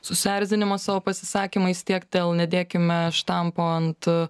susierzinimą savo pasisakymais tiek dėl nedėkime štampo ant